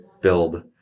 build